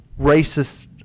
racist